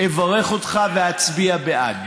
אברך אותך ואצביע בעד.